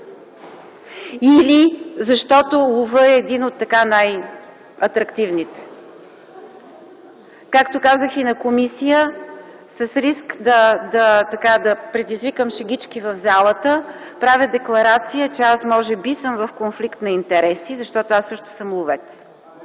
Или защото ловът е един от най-атрактивните? Както казах и на комисия, с риск да предизвикам шегички в залата, правя декларация, че аз може би съм в конфликт на интереси, защото аз също съм ловец.